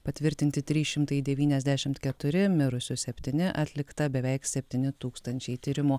patvirtinti trys šimtai devyniasdešimt keturi mirusių septyni atlikta beveik septyni tūkstančiai tyrimų